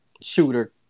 shooter